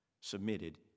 Submitted